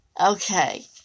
Okay